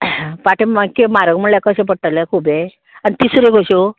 पाटे म्हारग म्हणल्यार कशें पडटलें खुबे आनी तिसऱ्यो कश्यो